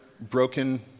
broken